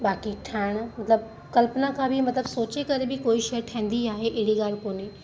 बाक़ी ठाहिण मतिलबु कल्पना खां बि मतिलबु सोचे करे बि कोई शइ ठहंदी आहे अहिड़ी ॻाल्हि कोन्हे